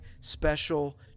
special